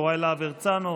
יוראי להב הרצנו,